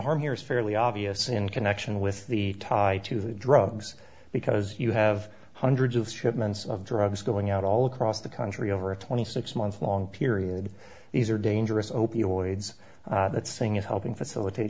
harm here is fairly obvious in connection with the tie to the drugs because you have hundreds of shipments of drugs going out all across the country over a twenty six month long period these are dangerous opioids that singh is helping facilitate